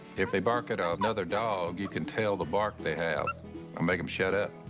if they bark at ah another dog, you can tell the bark they have and make em shut up.